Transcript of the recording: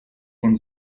von